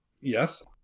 Yes